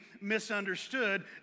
misunderstood